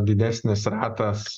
didesnis ratas